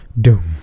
doom